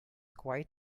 quite